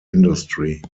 industry